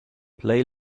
play